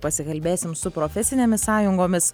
pasikalbėsim su profesinėmis sąjungomis